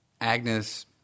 Agnes